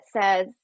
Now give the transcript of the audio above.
says